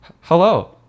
Hello